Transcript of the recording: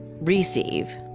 receive